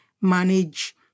manage